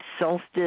Solstice